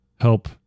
help